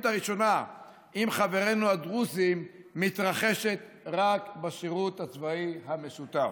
הראשונה עם חברינו הדרוזים מתרחשת רק בשירות הצבאי המשותף.